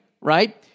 Right